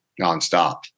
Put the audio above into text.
nonstop